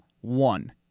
One